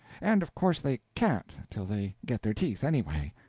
and of course they can't, till they get their teeth, anyway.